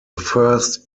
first